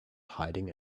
hiding